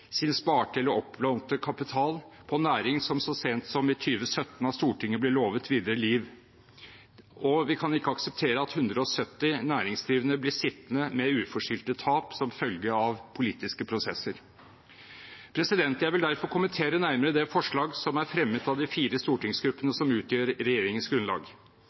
sin oppsparte eller lånte kapital, på en næring som så sent som i 2017 av Stortinget ble lovet et videre liv. Vi kan ikke akseptere at 170 næringsdrivende blir sittende med uforskyldte tap som følge av politiske prosesser. Jeg vil derfor kommentere nærmere det forslaget som er fremmet av de fire stortingsgruppene som utgjør regjeringens grunnlag: